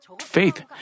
faith